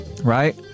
right